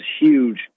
huge